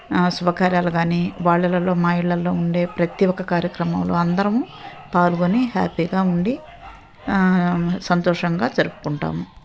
శుభకార్యాలు కానీ వాళ్ళ ఇళ్ళల్లో మా ఇళ్ళల్లో ఉండే ప్రతీ ఒక్క కార్యక్రమంలో అందరము పాల్గొని హ్యాపీగా ఉండి సంతోషంగా జరుపుకుంటాము